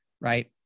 Right